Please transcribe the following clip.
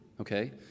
okay